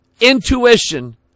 intuition